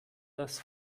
das